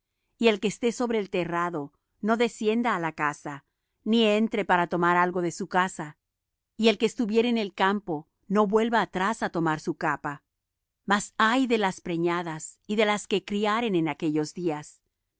y el que esté sobre el terrado no descienda á la casa ni entre para tomar algo de su casa y el que estuviere en el campo no vuelva atrás á tomar su capa mas ay de las preñadas y de las que criaren en aquellos días